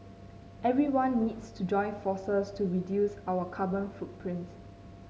everyone needs to join forces to reduce our carbon footprint